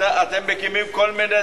תן לי להקשיב לו.